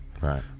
Right